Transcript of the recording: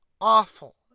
awful